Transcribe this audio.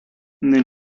nel